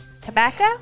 Tobacco